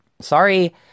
Sorry